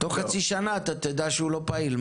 תוך חצי שנה אתה תדע שהוא לא פעיל.